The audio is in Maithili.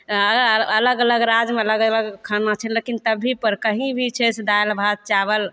अलग अलग राज्यमे अलग अलग खाना छै लेकिन तब भी पर कही भी छै से दालि भात चाबल